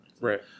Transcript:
Right